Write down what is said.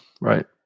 right